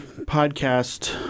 podcast